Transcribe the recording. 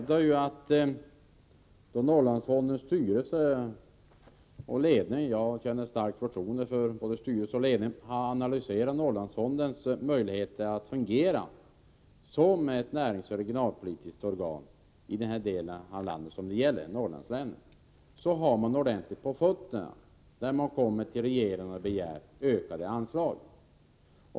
Då Norrlandsfondens styrelse och ledning, vilka jag känner stort förtroende för, analyserat Norrlandsfondens möjligheter att fungera som ett näringsoch regionalpolitiskt organ i den del av landet det gäller — Norrlandslänen —, så har man ordentligt på fötterna när man kommer till regeringen och begär ökade anslag.